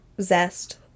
zest